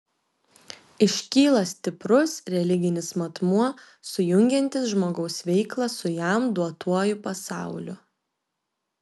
iškyla stiprus religinis matmuo sujungiantis žmogaus veiklą su jam duotuoju pasauliu